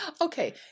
okay